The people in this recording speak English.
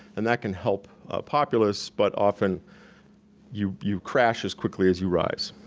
and that can help a populist, but often you you crash as quickly as you rise.